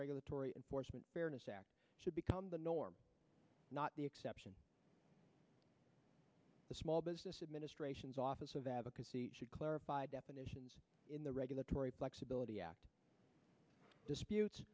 regulatory enforcement should become the norm not the exception the small business administration's office of advocacy should clarify definitions in the regulatory flexibility act disputes